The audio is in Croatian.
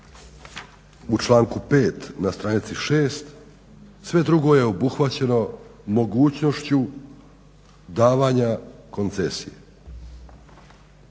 u članku 5. na stranici 6. sve drugo je obuhvaćeno mogućnošću davanja koncesije.